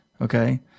Okay